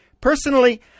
personally